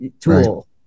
tool